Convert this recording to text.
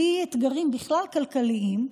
בלי אתגרים כלכליים בכלל,